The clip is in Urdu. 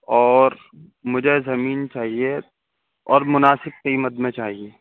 اور مجھے زمین چاہیے اور مناسب قیمت میں چاہیے